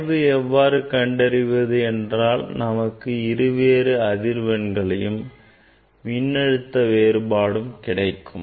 சாய்வு எவ்வாறு கண்டறிவது என்றால் நமக்கு இருவேறு அதிர்வெண்களும் மின்னழுத்த வேறுபாடும் கிடைக்கும்